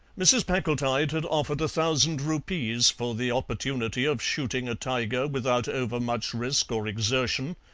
mrs. packletide had offered a thousand rupees for the opportunity of shooting a tiger without overmuch risk or exertion,